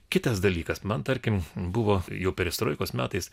kitas dalykas man tarkim buvo jau perestroikos metais